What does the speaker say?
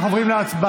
אנחנו עוברים להצבעה,